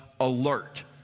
alert